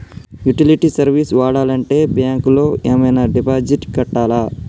Utility service వాడాలంటే bank లో ఏమైనా డిపాజిట్ కట్టాలా?